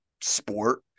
sport